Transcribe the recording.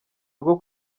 rwo